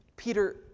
Peter